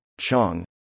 Chong